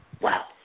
Wow